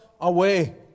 away